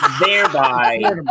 Thereby